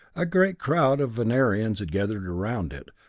a great crowd of venerians had gathered around it,